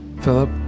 Philip